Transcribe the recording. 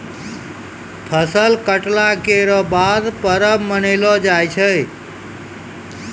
फसल कटला केरो बाद परब मनैलो जाय छै